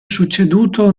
succeduto